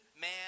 man